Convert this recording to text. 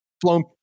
flown